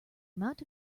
amount